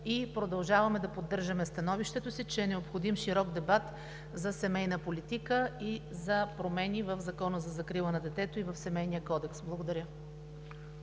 и продължаваме да поддържаме становището си, че е необходим широк дебат за семейна политика и за промени в Закона за закрила на детето и в Семейния кодекс. Благодаря.